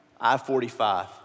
I-45